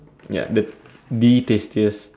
ya the the tastiest